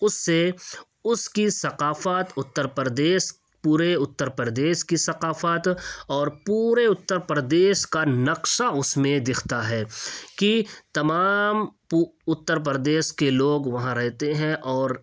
اس سے اس كی ثقافت اتّر پردیش پورے اتّر پردیش كی ثقافت اور پورے اتّر پردیش كا نقشہ اس میں دکھتا ہے كہ تمام اتّر پردیش كے لوگوں وہاں رہتے ہیں اور